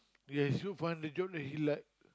yeah it's good fun did you know that he like